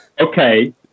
Okay